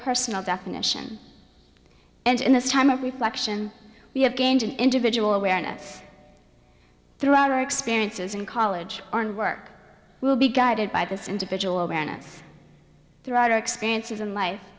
personal definition and in this time of reflection we have gained in individual awareness through our experiences in college and work will be guided by this individual awareness throughout our experiences in life